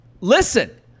listen